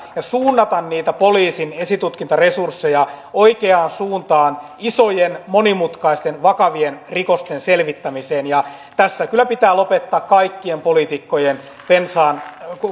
ja suunnata niitä poliisin esitutkintaresursseja oikeaan suuntaan isojen monimutkaisten vakavien rikosten selvittämiseen tässä kyllä pitää lopettaa kaikkien poliitikkojen